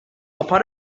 upon